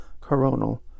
coronal